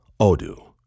Odoo